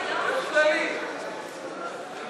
התוצאות בהצעה לסדר-היום מס'